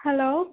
hello